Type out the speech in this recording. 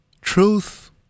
truth